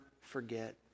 forget